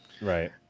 Right